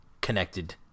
connected